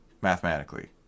Mathematically